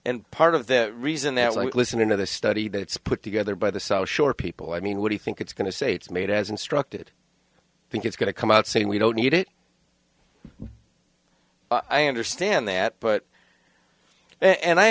and part of the reason that like listening to the study that it's put together by the so sure people i mean we think it's going to say it's made as instructed think it's going to come out saying we don't need it i understand that but and i